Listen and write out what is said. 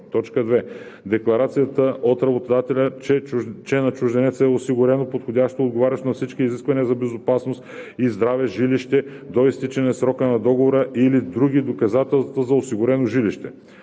1; 2. декларация от работодателя, че на чужденеца е осигурено подходящо, отговарящо на всички изисквания за безопасност и здраве, жилище до изтичане срока на договора или други доказателства за осигурено жилище;